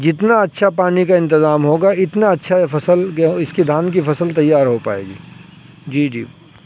جتنا اچھا پانی کا انتظام ہوگا اتنا اچھے فصل اس کے دھان کی فصل تیار ہو پائے گی جی جی